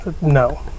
No